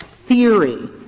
Theory